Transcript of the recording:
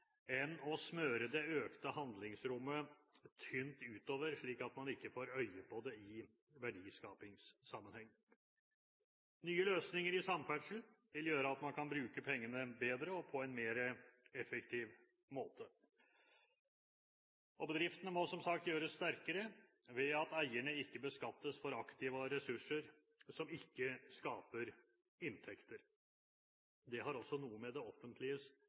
å smøre det økte handlingsrommet tynt utover, slik at man ikke får øye på det i verdiskapingssammenheng. Nye løsninger i samferdsel vil gjøre at man kan bruke pengene bedre og på en mer effektiv måte. Bedriftene må som sagt gjøres sterkere ved at eierne ikke beskattes for aktiva og ressurser som ikke skaper inntekter. Det har også noe å gjøre med det offentliges